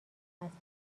است